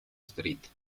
street